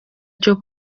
cyo